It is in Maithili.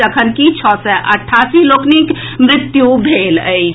जखनकि छओ सय अट्ठासी लोकनिक मृत्यु भेल अछि